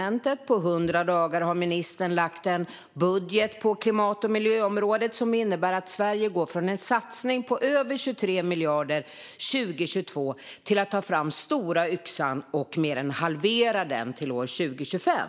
Efter 100 dagar har ministern lagt fram en budget på klimat och miljöområdet som innebär att Sverige går från att satsa över 23 miljarder 2022 till att ta fram stora yxan och mer än halvera den satsningen till 2025.